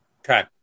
okay